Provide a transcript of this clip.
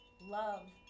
love